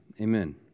amen